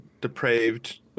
depraved